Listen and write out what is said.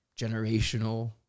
generational